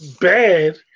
bad